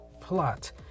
Plot